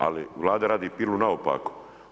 Ali Vlada radi pilu naopako.